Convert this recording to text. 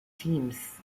teams